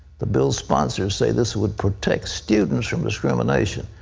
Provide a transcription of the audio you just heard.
the bill's sponsors say this would protect students from discrimination.